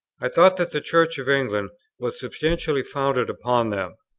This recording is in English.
i thought that the church of england was substantially founded upon them.